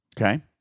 okay